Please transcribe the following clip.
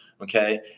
Okay